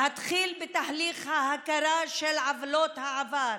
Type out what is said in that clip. להתחיל בתהליך ההכרה בעוולות העבר